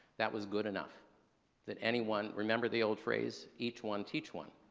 that was good enough that anyone. remember the old phrase, each one teach one.